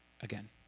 again